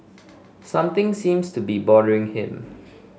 something seems to be bothering him